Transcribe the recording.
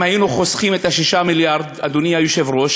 שאם היינו חוסכים את 6 המיליארד, אדוני היושב-ראש,